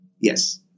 yes